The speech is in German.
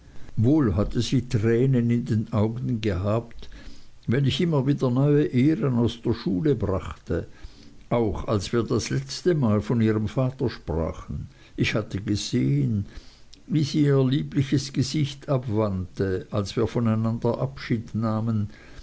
wohl hatte sie tränen in den augen gehabt wenn ich immer wieder neue ehren aus der schule brachte auch als wir das letzte mal von ihrem vater sprachen ich hatte gesehen wie sie ihr liebliches gesicht abwandte als wir voneinander abschied nahmen